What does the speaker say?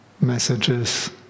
messages